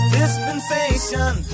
dispensation